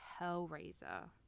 Hellraiser